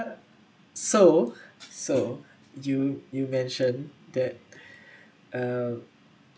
so so you you mention that uh